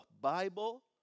Bible